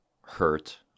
hurt